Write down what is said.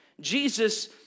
jesus